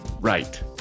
right